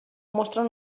mostren